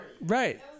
Right